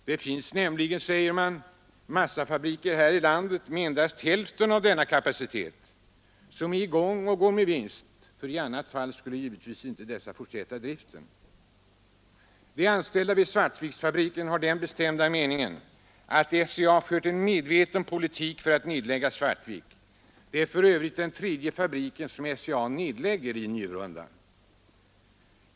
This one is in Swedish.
Det finns nämligen, säger man, massafabriker här i landet med endast hälften av denna kapacitet som är i gång och går med vinst; i annat fall skulle de givetvis inte fortsätta driften. De anställda vid Svartviksverken har den bestämda meningen att SCA fört en medveten politik för att nedlägga fabriken. Det är för övrigt den tredje fabriken som SCA nedlägger i Njurunda.